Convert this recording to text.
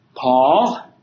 Paul